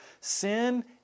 sin